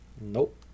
nope